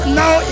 now